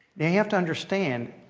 now you have to understand,